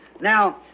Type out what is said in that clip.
Now